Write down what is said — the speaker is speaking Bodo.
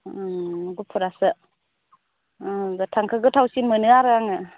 गुफुरासो ओं गोथांखौ गोथावसिन मोनो आरो आङो